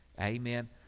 amen